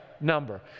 number